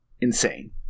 insane